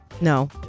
no